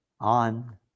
on